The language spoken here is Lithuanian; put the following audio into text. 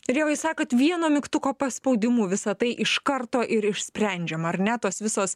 ir jau jūs sakot vieno mygtuko paspaudimu visa tai iš karto ir išsprendžiama ar ne tos visos